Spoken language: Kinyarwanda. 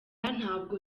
ntabwo